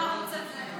אפשר לרוץ על זה.